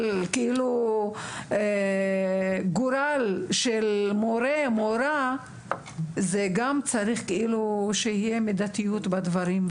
לגזור גורל של מוֹרָה או מוֹרֶה צריך שתהיה מידתיות בדברים.